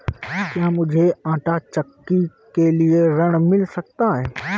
क्या मूझे आंटा चक्की के लिए ऋण मिल सकता है?